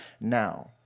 now